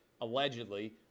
allegedly